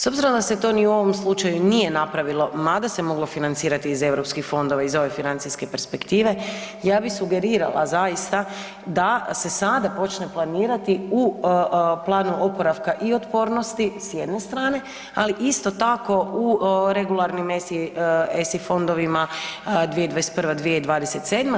S obzirom da se to ni u ovom slučaju nije napravilo, mada se moglo financirati iz EU fondova iz ove financijske perspektive, ja bih sugerirala zaista da se sada počne planirati u planu oporavka i otpornosti, s jedne strane, ali isto tako u regularnim ESI fondovima 2021.-2027.